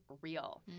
real